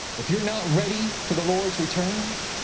if you're not ready for the lord's return,